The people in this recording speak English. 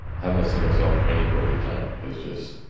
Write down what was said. having a single cell for any period of time, it's just,